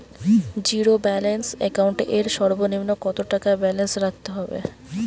Zero balance account এর সর্বনিম্ন কত টাকা ব্যালেন্স রাখতে হবে?